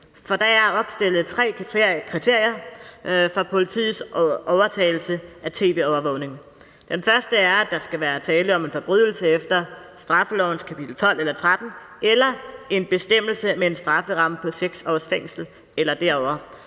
der er opstillet tre kriterier for politiets overtagelse af tv-overvågning. Det første er, at der skal være tale om en forbrydelse efter straffelovens kapitel 12 eller 13 eller en bestemmelse med en strafferamme på 6 års fængsel eller derover.